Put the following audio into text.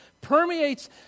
permeates